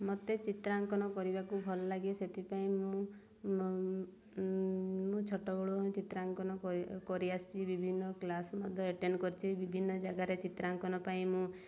ମୋତେ ଚିତ୍ରାଙ୍କନ କରିବାକୁ ଭଲ ଲାଗେ ସେଥିପାଇଁ ମୁଁ ମୁଁ ଛୋଟବେଳୁ ଚିତ୍ରାଙ୍କନ କରେ କରିଆସିଛି ବିଭିନ୍ନ କ୍ଲାସ୍ ମଧ୍ୟ ଏଟେଣ୍ଡ୍ କରିଛି ବିଭିନ୍ନ ଜାଗାରେ ଚିତ୍ରାଙ୍କନ ପାଇଁ ମୁଁ